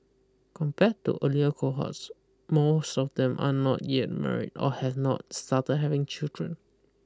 compared to earlier cohorts most of them are not yet married or have not started having children